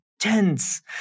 Tense